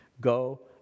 go